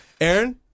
Aaron